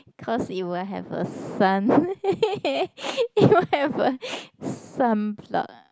cause you will have a son you will have a